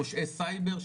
פושעי סייבר,